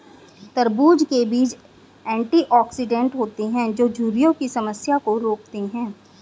तरबूज़ के बीज एंटीऑक्सीडेंट होते है जो झुर्रियों की समस्या को रोकते है